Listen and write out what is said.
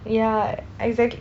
ya exactly